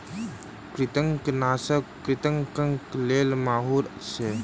कृंतकनाशक कृंतकक लेल माहुर अछि